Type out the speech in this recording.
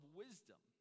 wisdom